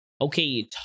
Okay